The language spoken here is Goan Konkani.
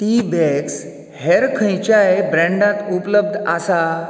टी बॅग्स हेर खंयच्याय ब्रँडांत उपलब्ध आसा